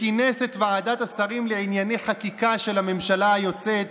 וכינס את ועדת השרים לענייני חקיקה של הממשלה היוצאת